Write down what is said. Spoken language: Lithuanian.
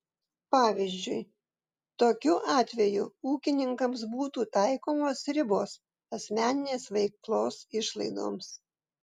pavyzdžiui tokiu atveju ūkininkams būtų taikomos ribos asmeninės veiklos išlaidoms